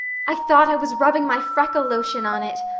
i thought i was rubbing my freckle lotion on it,